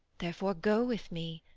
therefore, go with me.